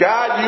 God